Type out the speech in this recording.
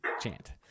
Chant